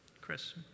Chris